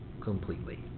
completely